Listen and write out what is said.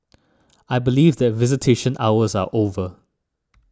I believe that visitation hours are over